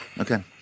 okay